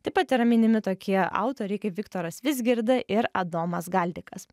taip pat yra minimi tokie autoriai kaip viktoras vizgirda ir adomas galdikas